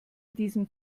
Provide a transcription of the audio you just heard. diesem